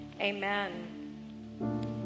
Amen